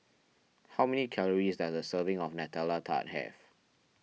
how many calories does a serving of Nutella Tart have